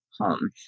home